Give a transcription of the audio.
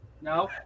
No